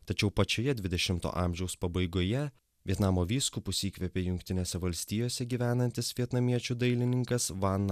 tačiau pačioje dvidešimto amžiaus pabaigoje vietnamo vyskupus įkvėpė jungtinėse valstijose gyvenantis vietnamiečių dailininkas van